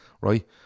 right